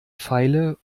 feile